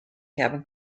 cabin